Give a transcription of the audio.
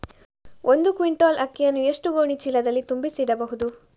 ಒಂದು ಕ್ವಿಂಟಾಲ್ ಅಕ್ಕಿಯನ್ನು ಎಷ್ಟು ಗೋಣಿಚೀಲದಲ್ಲಿ ತುಂಬಿಸಿ ಇಡಬಹುದು?